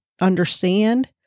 understand